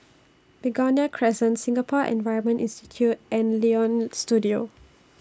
Begonia Crescent Singapore Environment Institute and Leonie Studio